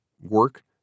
work